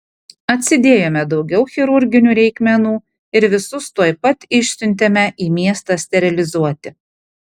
atsidėjome daugiau chirurginių reikmenų ir visus tuoj pat išsiuntėme į miestą sterilizuoti